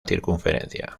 circunferencia